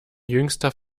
jüngster